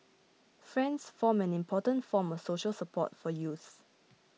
friends form an important form of social support for youths